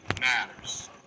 matters